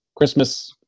Christmas